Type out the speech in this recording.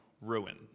ruin